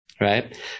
Right